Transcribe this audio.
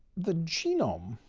the genome,